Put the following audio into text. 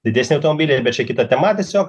didesni automobiliai bet čia kita tema tiesiog